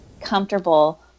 comfortable